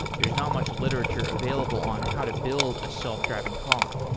there's not much literature available on how to build a self driving car.